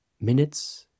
minutes